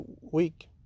week